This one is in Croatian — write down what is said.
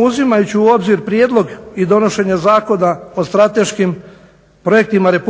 uzimajući u obzir prijedlog i donošenje Zakona o strateškim projektima RH